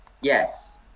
Yes